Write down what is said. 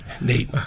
Nate